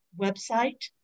website